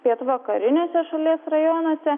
pietvakariniuose šalies rajonuose